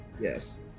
Yes